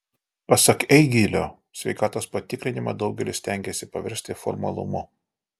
pasak eigėlio sveikatos patikrinimą daugelis stengiasi paversti formalumu